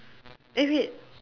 eh wait